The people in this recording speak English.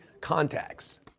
contacts